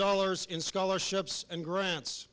dollars in scholarships and grants